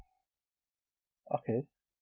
okay